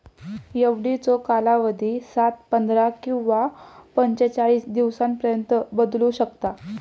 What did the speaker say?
एफडीचो कालावधी सात, पंधरा किंवा पंचेचाळीस दिवसांपर्यंत बदलू शकता